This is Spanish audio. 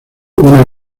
una